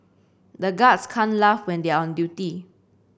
the guards can't laugh when they are on duty